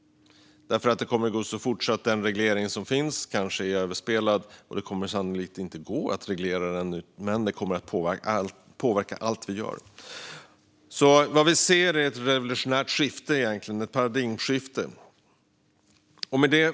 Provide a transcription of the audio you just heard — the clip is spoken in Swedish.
Utvecklingen kommer att gå mycket snabbt, och det går troligen inte att reglera den. Men AI kommer att påverka allt vi gör. Vad vi ser är en revolution och ett paradigmskifte. Fru talman!